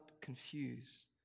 confuse